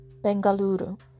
Bengaluru